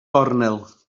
gornel